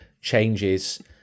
changes